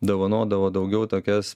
dovanodavo daugiau tokias